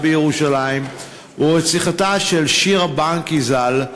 בירושלים ורציחתה של שירה בנקי ז"ל,